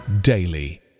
daily